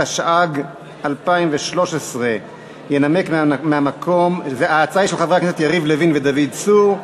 התשע"ג 2013. ההצעה היא של חברי הכנסת יריב לוין ודוד צור.